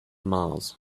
mars